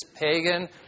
pagan